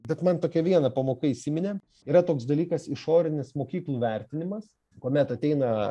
bet man tokia viena pamoka įsiminė yra toks dalykas išorinis mokyklų vertinimas kuomet ateina